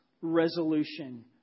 resolution